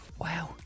Wow